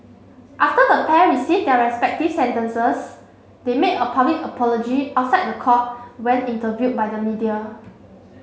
after the pair received their respective sentences they made a public apology outside the court when interviewed by the media